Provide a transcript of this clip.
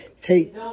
Take